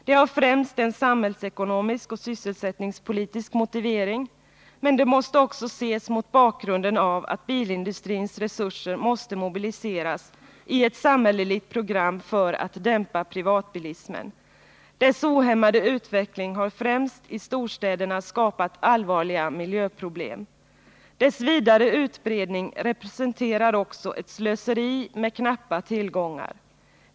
Det har främst en samhällsekonomisk och sysselsättningspolitisk motivering, men det måste också ses mot bakgrund av att bilindustrins resurser måste mobiliseras i ett samhälleligt program för att dämpa privatbilismen. Dess ohämmade utveckling har främst i storstäderna skapat allvarliga miljöproblem. Dess vidare utbredning representerar också ett slöseri med knappa tillgångar.